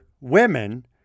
women